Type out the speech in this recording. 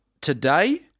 today